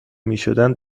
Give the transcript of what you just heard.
میشدند